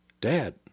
Dad